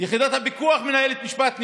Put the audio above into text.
יחידת הפיקוח מנהלת משפט נגדו,